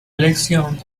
elección